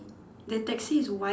the taxi is white